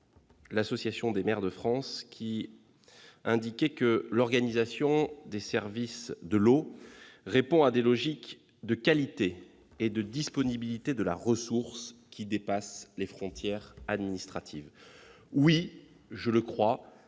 l'Association des maires de France observe que « l'organisation des services de l'eau répond à des logiques de qualité et de disponibilité de la ressource qui dépasse les frontières administratives ». La question